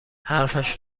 حرفش